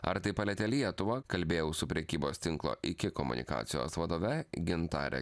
ar tai palietė lietuvą kalbėjau su prekybos tinklo iki komunikacijos vadove gintare